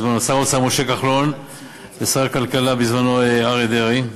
שר האוצר משה כחלון ושר הכלכלה בזמנו אריה דרעי,